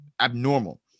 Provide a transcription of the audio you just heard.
abnormal